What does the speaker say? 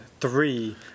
three